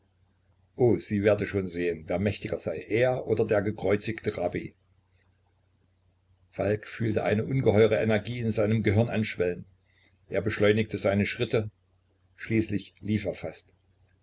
o sie werde schon sehen wer mächtiger sei er oder der gekreuzigte rabbi falk fühlte eine ungeheure energie in seinem gehirn anschwellen er beschleunigte seine schritte schließlich